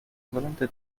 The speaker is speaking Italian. volante